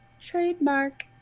trademark